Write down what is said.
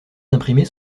imprimés